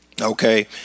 Okay